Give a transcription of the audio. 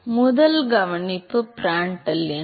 எனவே முதல் கவனிப்பு பிராண்டல் எண்